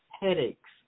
headaches